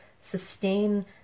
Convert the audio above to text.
sustain